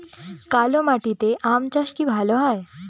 কালো মাটিতে আম চাষ কি ভালো হয়?